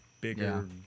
bigger